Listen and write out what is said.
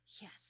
Yes